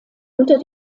unter